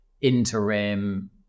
interim